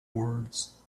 words